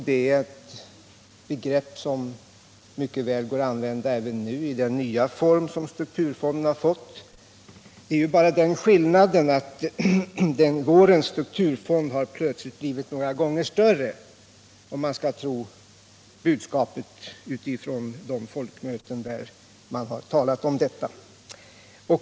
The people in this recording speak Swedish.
Det är ett begrepp som det mycket väl går att använda även för den nya form som strukturfonden nu har fått; det är bara den skillnaden att vårens strukturfond plötsligt blivit några nummer större, om vi skall tro på budskapet från de folkmöten där man har talat om den.